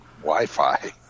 Wi-Fi